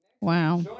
wow